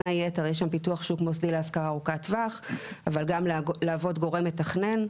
היתר יש שם פיתוח שוק מוסדי להשכרה ארוכת טווח אבל גם להוות גורם מתכנן,